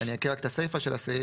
אני אקרא את הסיפא של הסעיף: